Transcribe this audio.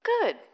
Good